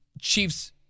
Chiefs